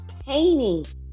painting